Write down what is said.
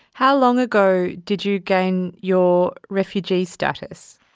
how long ago did you gain your refugee status?